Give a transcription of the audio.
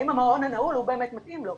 האם המעון הנעול הוא באמת מתאים לו.